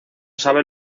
sabe